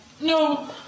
No